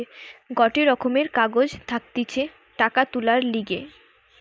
গটে রকমের কাগজ থাকতিছে টাকা তুলার লিগে